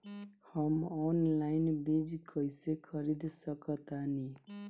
हम ऑनलाइन बीज कईसे खरीद सकतानी?